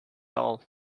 all